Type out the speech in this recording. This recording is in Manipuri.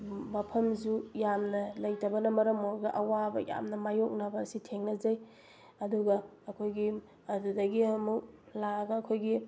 ꯃꯐꯝꯁꯨ ꯌꯥꯝꯅ ꯂꯩꯇꯕꯅ ꯃꯔꯝ ꯑꯣꯏꯔꯒ ꯑꯋꯥꯕ ꯌꯥꯝꯅ ꯃꯥꯏꯌꯣꯛꯅꯕ ꯑꯁꯤ ꯊꯦꯡꯅꯖꯩ ꯑꯗꯨꯒ ꯑꯩꯈꯣꯏꯒꯤ ꯑꯗꯨꯗꯒꯤ ꯑꯃꯨꯛ ꯂꯥꯛꯑꯒ ꯑꯩꯈꯣꯏꯒꯤ